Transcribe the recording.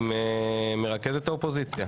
עם מרכזת האופוזיציה.